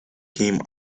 came